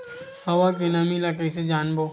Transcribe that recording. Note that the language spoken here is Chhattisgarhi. हवा के नमी ल कइसे जानबो?